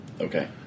Okay